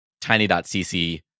tiny.cc